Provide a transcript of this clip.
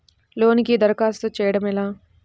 లోనుకి దరఖాస్తు చేయడము ఎలా?